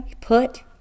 Put